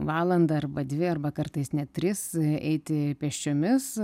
valandą arba dvi arba kartais net tris eiti pėsčiomis